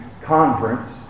conference